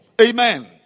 Amen